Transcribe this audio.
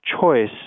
choice